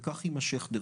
וכך יימשך.